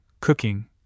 cooking